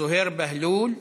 זוהיר בהלול,